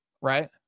right